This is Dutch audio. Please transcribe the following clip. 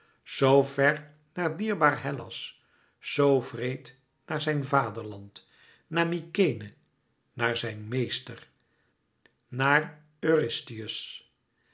zoo ver naar dierbaar hellas zoo wreed naar zijn vaderland naar mykenæ naar zijn meester naar